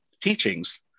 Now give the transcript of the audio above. teachings